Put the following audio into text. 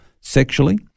sexually